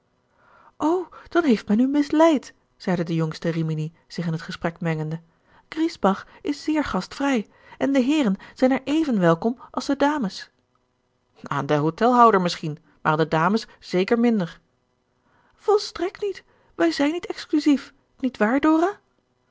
dan heeft men u misleid zeide de jongste rimini zich in het gesprek mengende griesbach is zeer gastvrij en de heeren zijn er even welkom als de dames aan den hotelhouder misschien maar aan de dames zeker minder volstrekt niet wij zijn niet exclusief niet waar dora